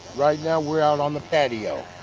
right now, we're out on the patio.